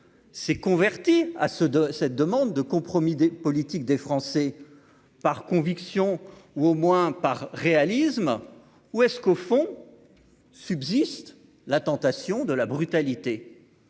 s'est converti à ceux de cette demande de compromis des politiques des Français, par conviction ou au moins par réalisme ou est-ce qu'au fond subsiste la tentation de la brutalité à